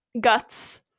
Guts